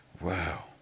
Wow